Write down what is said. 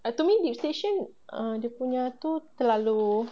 to me deep station err dia punya tu terlalu